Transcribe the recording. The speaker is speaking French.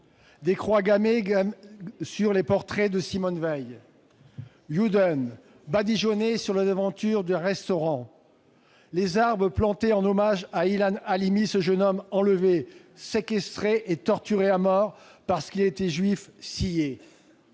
croix gammées sur les portraits de Simone Veil, «» badigeonné sur la devanture d'un restaurant, arbres plantés en hommage à Ilan Halimi, ce jeune homme enlevé, séquestré et torturé à mort parce qu'il était juif, sciés